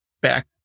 back